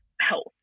health